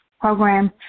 program